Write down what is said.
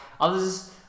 others